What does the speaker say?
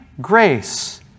grace